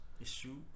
Issue